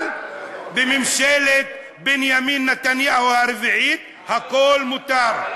אבל בממשלת בנימין נתניהו הרביעית הכול מותר.